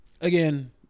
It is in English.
again